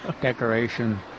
decoration